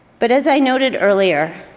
but as i noted earlier,